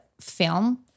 film